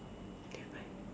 okay bye